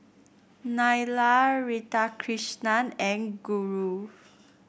Neila Radhakrishnan and Guru